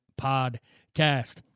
podcast